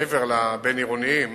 מעבר לבין-עירוניים